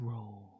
Roll